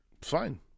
Fine